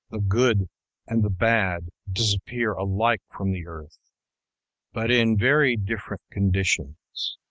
the good and the bad disappear alike from the earth but in very different conditions.